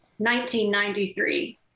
1993